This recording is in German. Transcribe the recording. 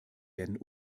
werden